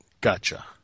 Gotcha